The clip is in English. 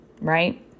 Right